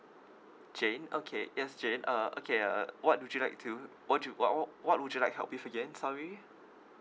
jane okay yes jane uh okay uh what would you like to what you what what would you like help you again sorry